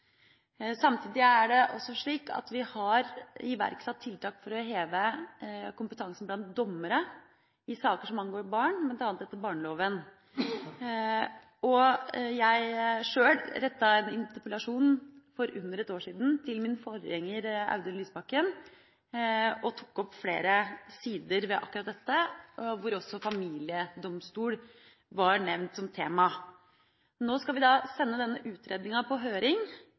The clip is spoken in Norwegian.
Samtidig er det slik at vi har iverksatt tiltak for å heve kompetansen blant dommere i saker som angår barn, bl.a. etter barneloven. Jeg rettet sjøl en interpellasjon til min forgjenger, Audun Lysbakken, for under ett år siden og tok opp flere sider ved akkurat dette, hvor også familiedomstol var nevnt som tema. Nå skal vi sende denne utredninga på høring,